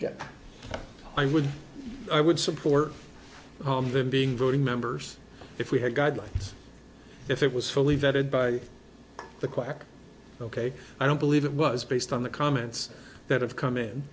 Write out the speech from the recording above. yes i would i would support them being voting members if we had guidelines if it was fully vetted by the quack ok i don't believe it was based on the comments that have come in